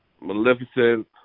Maleficent